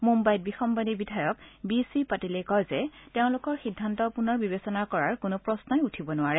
মুন্বাইত বিসন্বাদী বিধায়ক B C পাটিলে কয় যে তেওঁলোকৰ সিদ্ধান্ত পুনৰ বিবেচনা কৰাৰ কোনো প্ৰশ্নই উঠিব নোৱাৰে